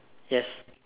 yes